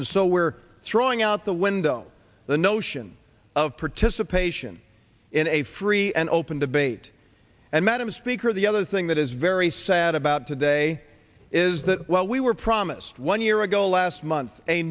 and so we're throwing out the window the notion of participation in a free and open debate and madam speaker the other thing that is very sad about today is that well we were promised one year ago last month a